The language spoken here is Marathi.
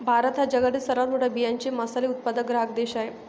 भारत हा जगातील सर्वात मोठा बियांचे मसाले उत्पादक ग्राहक देश आहे